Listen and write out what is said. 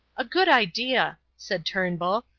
a good idea, said turnbull,